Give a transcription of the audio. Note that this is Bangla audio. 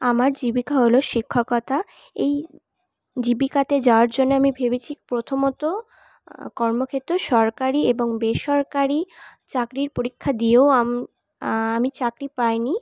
আমার জীবিকা হলো শিক্ষকতা এই জীবিকাতে যাওয়ার জন্য আমি ভেবেছি প্রথমত কর্মক্ষেত্র সরকারি এবং বেসরকারি চাকরির পরীক্ষা দিয়েও আম আমি চাকরি পাই নি